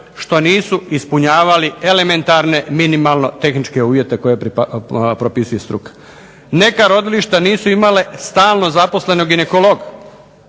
što nisu ispunjavali elementarne minimalno tehničke uvjete koje propisuje struka. Neka rodilišta nisu imala stalno zaposlenog ginekologa,